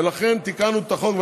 ולכן תיקנו את החוק.